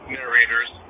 narrators